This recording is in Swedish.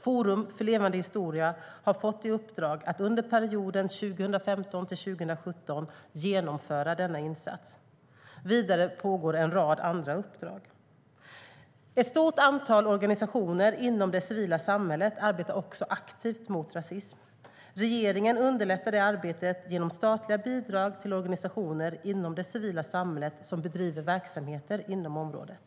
Forum för levande historia har fått i uppdrag att under perioden 2015-2017 genomföra denna insats. Vidare pågår en rad andra uppdrag. Ett stort antal organisationer inom det civila samhället arbetar också aktivt mot rasism. Regeringen underlättar det arbetet genom statliga bidrag till organisationer inom det civila samhället som bedriver verksamhet inom området.